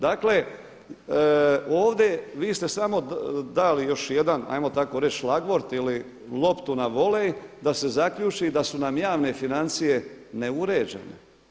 Dakle, ovdje vi ste samo dali još jedan hajmo tako reći šlagvort ili loptu na volej da se zaključi da su nam javne financije neuređene.